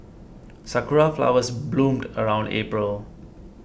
sakura flowers bloom around April